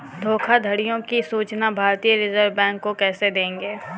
धोखाधड़ियों की सूचना भारतीय रिजर्व बैंक को कैसे देंगे?